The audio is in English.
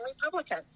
Republican